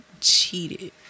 cheated